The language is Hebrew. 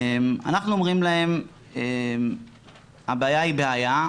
אנחנו אומרים להן 'הבעיה היא בעיה,